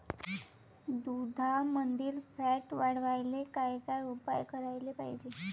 दुधामंदील फॅट वाढवायले काय काय उपाय करायले पाहिजे?